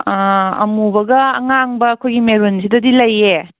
ꯑꯃꯨꯕꯒ ꯑꯉꯥꯡꯕ ꯑꯩꯈꯣꯏꯒꯤ ꯃꯦꯔꯨꯟꯁꯤꯗꯗꯤ ꯂꯩꯌꯦ